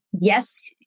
yes